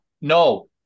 No